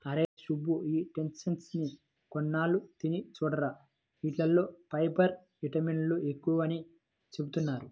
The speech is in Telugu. అరేయ్ సుబ్బు, ఈ చెస్ట్నట్స్ ని కొన్నాళ్ళు తిని చూడురా, యీటిల్లో ఫైబర్, విటమిన్లు ఎక్కువని చెబుతున్నారు